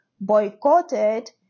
boycotted